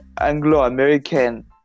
Anglo-American